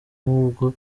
nubwo